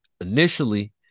initially